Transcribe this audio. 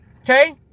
Okay